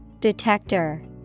Detector